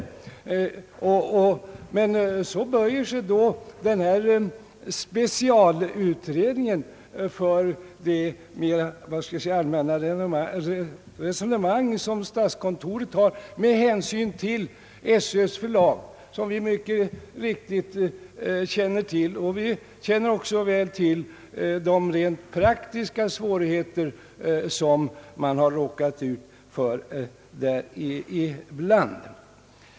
Men så böjer sig denna specialutredning för de mera allmänna resonemang som statskontoret för med hänsyn till Sö-förlaget, som vi mycket riktigt känner till. Vi känner också väl till de rent praktiska svårigheter som man där råkat ut för ibland.